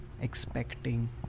expecting